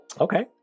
Okay